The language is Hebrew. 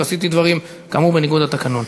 ועשיתי דברים כאמור בניגוד לתקנון.